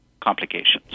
complications